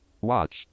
Watch